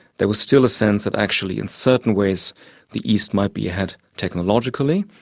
there was still a sense that actually in certain ways the east might be ahead technologically.